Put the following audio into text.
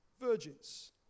virgins